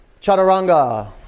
chaturanga